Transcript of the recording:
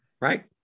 Right